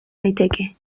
daiteke